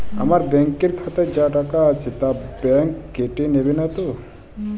আমার ব্যাঙ্ক এর খাতায় যা টাকা আছে তা বাংক কেটে নেবে নাতো?